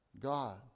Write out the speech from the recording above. God